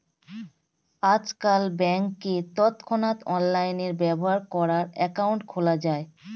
আজকাল ব্যাংকে তৎক্ষণাৎ অনলাইনে ব্যবহার করার অ্যাকাউন্ট খোলা যায়